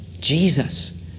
Jesus